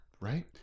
Right